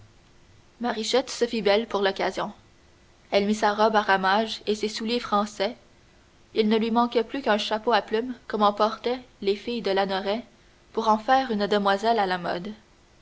marichette se fit belle pour l'occasion elle mit sa robe à ramages et ses souliers français il ne lui manquait plus qu'un chapeau à plumes comme en portaient les filles de lanoraie pour en faire une demoiselle à la mode